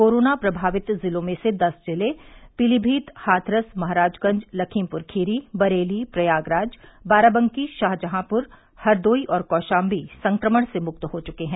corona प्रभावित जिलों में से दस जिले पीलीमीत हाथरस महराजगंज लखीमपुरखीरी बरेली प्रयागराज बाराबंकी शाहजहांपुर हरदोई और कौशाम्बी संक्रमण से मुक्त हो चुके हैं